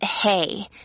hey